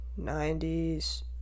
90s